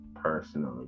personally